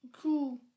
cool